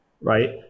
Right